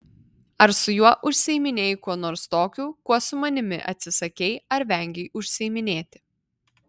ar su juo užsiiminėjai kuo nors tokiu kuo su manimi atsisakei ar vengei užsiiminėti